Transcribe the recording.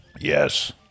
Yes